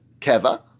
keva